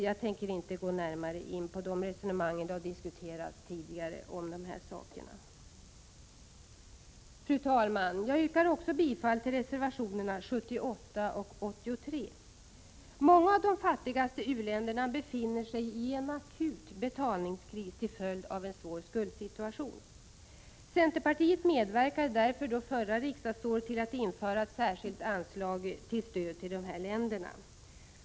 Jag tänker inte gå in närmare på de sakerna, för de har ju redan tidigare diskuterats. Fru talman! Jag yrkar också bifall till reservationerna 78 och 83. Många av de fattigaste u-länderna befinner sig i en akut betalningskris till följd av en svår skuldsituation. Centerpartiet medverkade därför under förra riksdagsåret till att införa ett särskilt anslag till stöd till dessa länder.